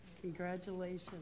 Congratulations